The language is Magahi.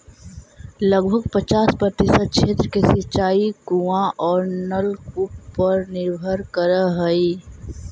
लगभग पचास प्रतिशत क्षेत्र के सिंचाई कुआँ औ नलकूप पर निर्भर करऽ हई